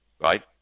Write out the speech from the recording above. right